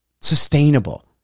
Sustainable